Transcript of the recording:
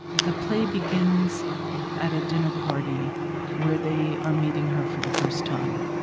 the play begins at a dinner party where they are meeting her for the first time.